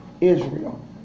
Israel